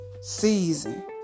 season